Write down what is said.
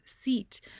seat